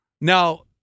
Now